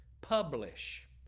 publish